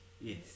Yes